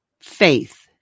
faith